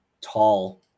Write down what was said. Tall